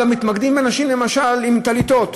גם מתמקדים באנשים למשל עם טליתות,